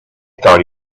thought